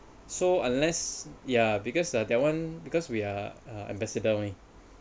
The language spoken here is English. so unless ya because that [one] because we are uh ambassador only